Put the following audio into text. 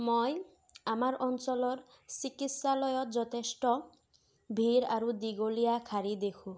মই আমাৰ অঞ্চলৰ চিকিৎসালয়ত যথেষ্ট ভিৰ আৰু দীঘলীয়া শাৰী দেখোঁ